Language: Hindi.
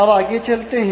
अब आगे चलते हैं